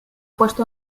puesto